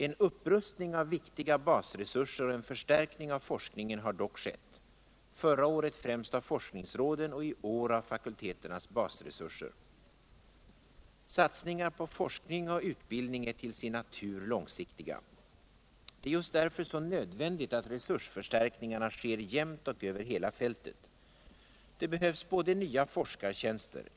En upprustning av viktiga basresurser och en förstärkning av forskningen har dock skew: förra året främst av forskningsråden och i år av fakulteternas basresurser. Satsningar på forskning och utbildning är till sin natur långsiktiga. Det är just därför så nödvändigt att resursförstärkningarna sker jämnt och över hela fältet. Det behövs både nva forskartjänster.